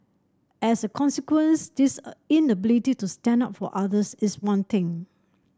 as a consequence this inability to stand up for others is one thing